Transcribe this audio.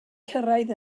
cyrraedd